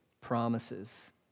promises